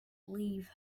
leave